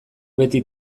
beti